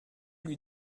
lui